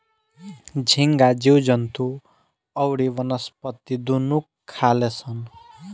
झींगा जीव जंतु अउरी वनस्पति दुनू खाले सन